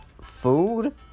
Food